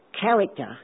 Character